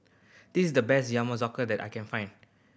this is the best Yakizakana that I can find